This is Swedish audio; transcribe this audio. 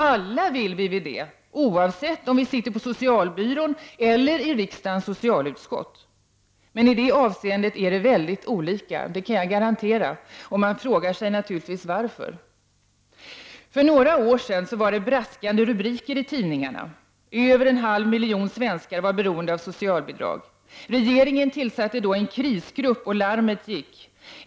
Alla vill vi väl det, oavsett om vi sitter på socialbyrån eller i riksdagens socialutskott. Men i det avseendet är det väldigt olika, det kan jag garantera. Man frågar naturligtvis varför det är på det här sättet. För några år sedan var det braskande rubriker i tidningarna. Över en halv miljon svenskar var beroende av socialbidrag. Regeringen tillsatte då en krisgrupp, och larmet gick.